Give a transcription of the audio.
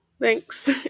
Thanks